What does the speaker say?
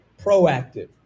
proactive